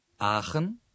Aachen